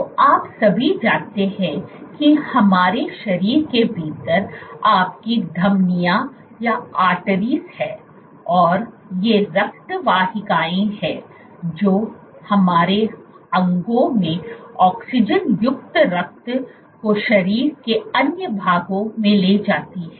तो आप सभी जानते हैं कि हमारे शरीर के भीतर आपकी धमनियां हैं और ये रक्त वाहिकाएं हैं जो हमारे अंगों में ऑक्सीजन युक्त रक्त को शरीर के अन्य भागों में ले जाती हैं